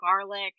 garlic